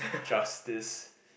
justice